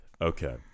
Okay